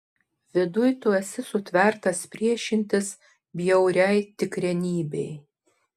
viduj tu esi sutvertas priešintis bjauriai tikrenybei